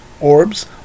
orbs